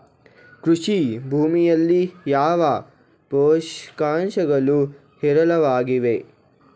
ಕೃಷಿ ಭೂಮಿಯಲ್ಲಿ ಯಾವ ಪೋಷಕಾಂಶಗಳು ಹೇರಳವಾಗಿವೆ?